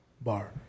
bar